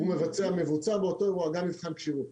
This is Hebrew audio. מבוצע באותו יום גם מבחן כשירות